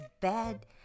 bad